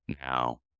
now